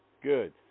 good